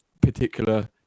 particular